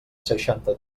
seixanta